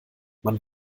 man